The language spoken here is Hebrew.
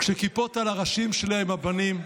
כשכיפות על הראשים שלהם, הבנים.